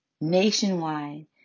nationwide